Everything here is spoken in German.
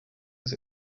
ist